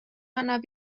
annab